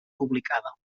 publicada